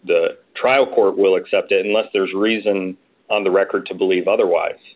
e trial court will accept it unless there's reason on the record to believe otherwise